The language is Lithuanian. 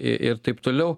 ir taip toliau